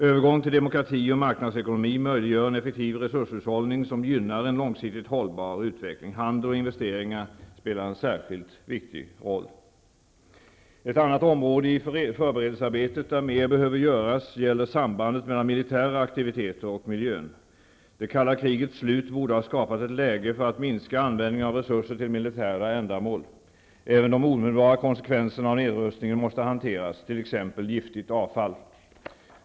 Övergång till demokrati och marknadsekonomi möjliggör en effektiv resurshushållning som gynnar en långsiktigt hållbar utveckling. Handel och investeringar spelar en särskilt viktig roll. Ett annat område i förberedelsearbetet där mer behöver göras gäller sambandet mellan militära aktiviteter och miljön. Det kalla krigets slut borde ha skapat ett läge för att minska användningen av resurser till militära ändamål. Även de omedelbara konsekvenserna av nedrustningen måste hanteras, t.ex. giftigt avfall.